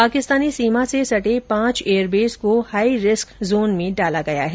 पाकिस्तानी सीमा से सटे पांच एयरबेस को हाईरिस्क जोन में डाला गया है